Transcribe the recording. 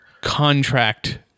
contract